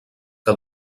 que